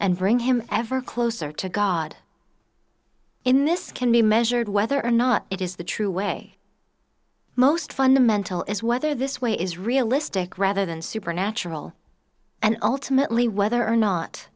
and bring him ever closer to god in this can be measured whether or not it is the true way most fundamental is whether this way is realistic rather than supernatural and ultimately whether or not